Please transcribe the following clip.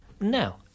Now